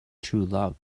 truelove